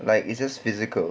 like it just physical